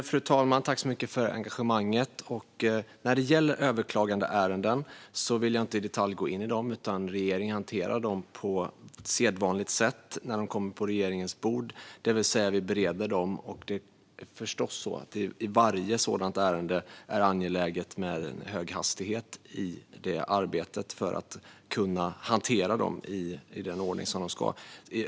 Fru talman! Tack så mycket, ledamoten, för engagemanget! Jag vill inte gå in i detalj när det gäller överklagandeärenden. Regeringen hanterar dem på sedvanligt sätt när de kommer på regeringens bord, det vill säga vi bereder dem. Det är förstås i varje sådant ärende angeläget med en hög hastighet i arbetet med att hantera dem i den ordning som det ska ske.